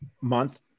month